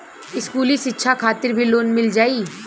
इस्कुली शिक्षा खातिर भी लोन मिल जाई?